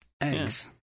Eggs